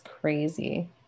crazy